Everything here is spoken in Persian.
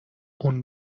اون